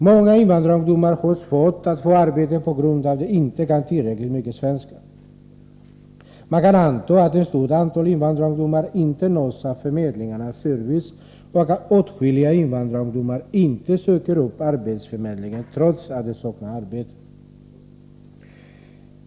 Många invandrarungdomar har svårt att få arbete på grund av att de inte kan tillräckligt mycket svenska. Man kan anta att ett stort antal invandrarungdomarinte nås av förmedlingarnas service och att åtskilliga invandrarungdomar inte söker upp arbetsförmedlingen trots att de saknar arbete.